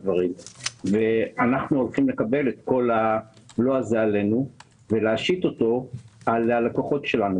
אנחנו הולכים לקבל את כל הבלו הזה עלינו ולהשית אותו על הלקוחות שלנו.